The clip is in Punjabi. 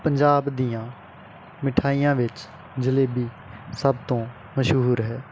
ਪੰਜਾਬ ਦੀਆਂ ਮਿਠਾਈਆਂ ਵਿੱਚ ਜਲੇਬੀ ਸਭ ਤੋਂ ਮਸ਼ਹੂਰ ਹੈ